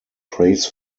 prays